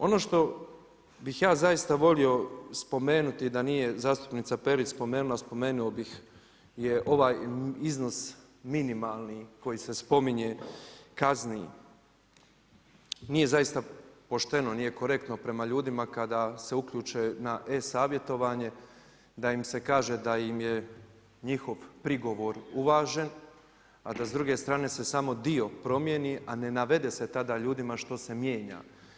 Ono što bih ja zaista volio spomenuti da nije zastupnica Perić spomenula, spomenuo bih je ovaj iznos minimalni koji se spominje, kazni, nije zaista pošteno, nije korektno prema ljudima kada se uključe na e-savjetovanje, da im se kaže da im je njihov prigovor uvažen, a da s druge strane se samo dio promjeni, a ne navede se tada ljudima što se mijenja.